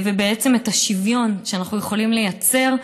ובעצם את השוויון שאנחנו יכולים לייצר,